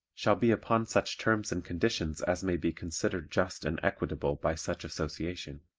shall be upon such terms and conditions as may be considered just and equitable by such association.